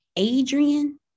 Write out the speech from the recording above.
Adrian